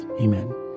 Amen